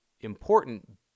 important